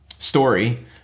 story